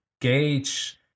gauge